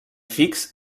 fix